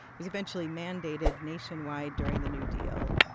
was eventually mandated nationwide during the new deal,